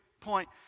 point